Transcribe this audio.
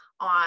on